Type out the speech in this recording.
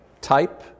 Type